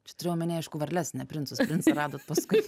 čia turiu omeny aišku varles ne princus princą radot paskui